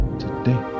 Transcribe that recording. today